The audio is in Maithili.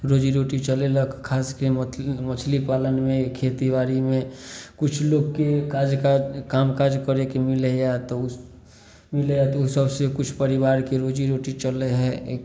रोजीरोटी चलेलक खासके मछली पालनमे खेतीबाड़ीमे कुछ लोगके काज काम काज करैके मिलैयि तऽ ओ मिलैया तऽ ओ सबसे किछु परिवारके रोजीरोटी चलै हइ